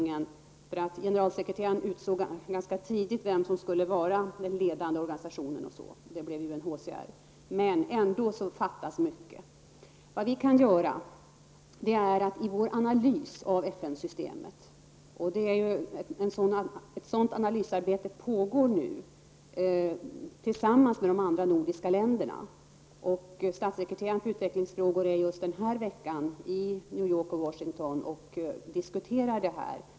Generalsekreteraren utsåg ganska tidigt som ledande organisation UNHCR. Men ändå fattas mycket. Vi kan i vår analys av FN-systemet -- en sådan analys pågår just nu -- tillsammans med de nordiska länderna se på samordningen och koordineringen och se till att det inte blir dubbelarbete.